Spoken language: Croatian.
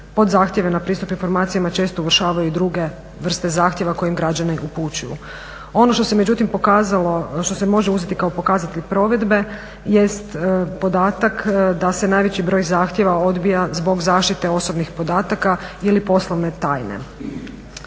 pod zahtjeve na pristup informacijama često uvrštavaju i druge vrste zahtjeva koje im građani upućuju. Ono što se može uzeti kao pokazatelj provedbe jest podatak da se najveći broj zahtjeva odbija zbog zaštite osobnih podataka ili poslovne tajne.